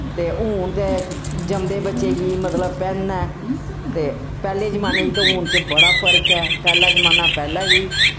ते हून तै जमदे बच्चे ही मतलव पैन ऐ ते पैह्ले जमाने च ते हून च बड़ा फर्क ऐ पैह्ला जमाना पैह्ला ही